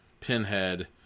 pinhead